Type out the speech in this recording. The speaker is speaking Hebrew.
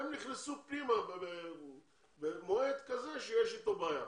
הם נכנסו פנימה במועד כזה שיש איתו בעיה.